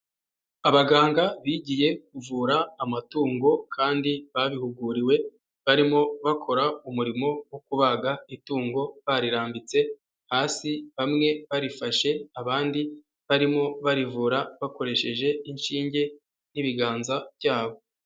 Abaganga bigiye kuvura amatungo kandi babihuguriwe, barimo bakora umurimo wo kubaga itungo barirambitse, hasi bamwe barifashe abandi barimo barivura bakoresheje inshinge n'ibiganza byabo.